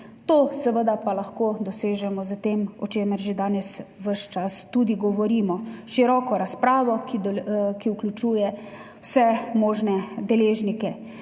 pa seveda lahko dosežemo s tem, o čemer danes že ves čas tudi govorimo, s široko razpravo, ki vključuje vse možne deležnike.